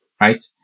right